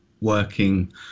working